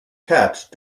catch